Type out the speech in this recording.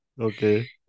Okay